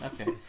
Okay